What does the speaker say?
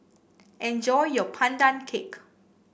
enjoy your Pandan Cake